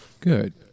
Good